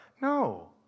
No